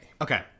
Okay